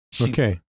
Okay